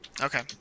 Okay